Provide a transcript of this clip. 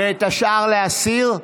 ואת השאר להסיר?